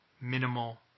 minimal